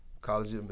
College